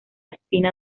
espina